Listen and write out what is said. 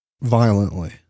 Violently